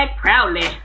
proudly